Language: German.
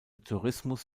tourismus